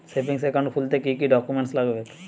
Savings account খুলতে কি কি ডকুমেন্টস লাগবে?